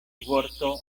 vorto